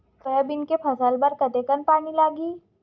Soybean के फसल बर कतेक कन पानी लगही?